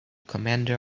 commander